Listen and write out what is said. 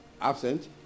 Absent